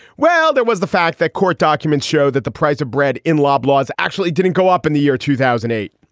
well, there was the fact that court documents show that the price of bread in loblaws actually didn't go up in the year two thousand and eight.